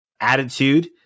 attitude